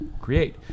create